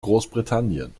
großbritannien